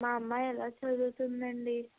మా అమ్మాయి ఎలా చదువుతుందండి